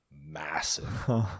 massive